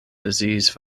disease